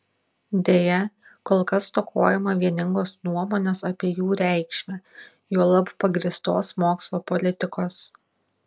deja kol kas stokojama vieningos nuomonės apie jų reikšmę juolab pagrįstos mokslo politikos